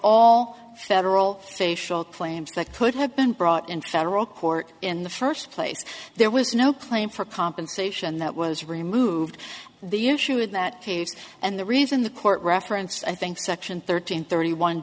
all federal facial claims that put have been brought in federal court in the first place there was no claim for compensation that was removed the issue in that case and the reason the court referenced i think section thirteen thirty one